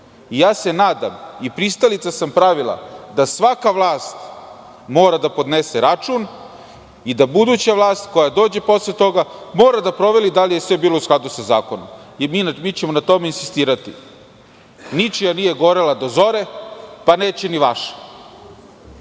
protiv. Nadam se i pristalica sam pravila da svaka vlast mora da podnese račun i da buduća vlast koja dođe posle toga mora da proveri da li je sve bilo u skladu sa zakonom. Mi ćemo na tome insistirati. Ničija nije gorela do zore, pa neće ni vaša.